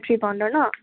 three পাউণ্ডৰ ন'